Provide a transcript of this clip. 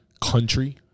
country